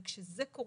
וכשזה קורה,